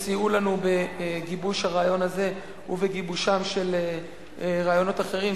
הם סייעו לנו בגיבוש הרעיון הזה ובגיבושם של רעיונות אחרים,